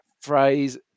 phrase